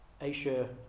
Asia